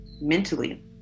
mentally